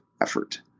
effort